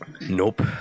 Nope